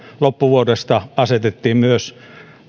loppuvuodesta kaksituhattaviisitoista asetettiin myös